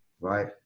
right